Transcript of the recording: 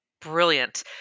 Brilliant